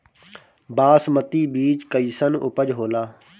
बासमती बीज कईसन उपज होला?